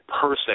person